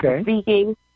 speaking